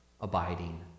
abiding